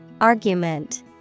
Argument